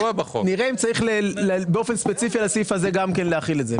נראה אם צריך באופן ספציפי לסעיף הזה להחיל את זה.